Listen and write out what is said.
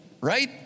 right